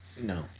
No